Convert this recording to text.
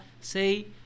say